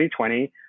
2020